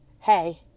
Hey